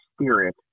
spirit